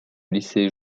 lycée